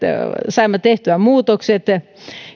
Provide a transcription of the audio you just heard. saimme tehtyä muutokset